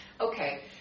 Okay